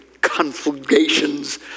conflagrations